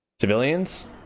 civilians